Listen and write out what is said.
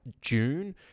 june